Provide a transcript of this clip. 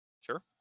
Sure